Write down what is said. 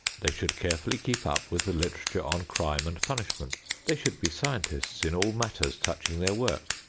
they should carefully keep up with the literature on crime and punishment they should be scientists in all matters touching their work,